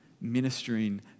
ministering